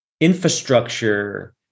infrastructure